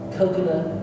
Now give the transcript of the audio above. coconut